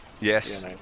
Yes